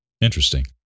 Interesting